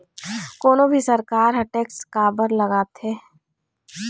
कोनो भी सरकार ह टेक्स काबर लगाथे?